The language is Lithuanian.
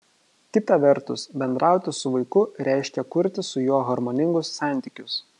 kita vertus bendrauti su vaiku reiškia kurti su juo harmoningus santykius